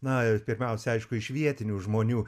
na pirmiausia aišku iš vietinių žmonių